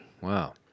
Wow